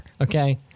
Okay